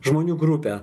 žmonių grupę